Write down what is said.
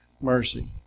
mercy